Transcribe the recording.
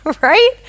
right